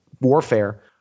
Warfare